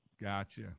Gotcha